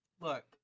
Look